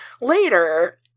later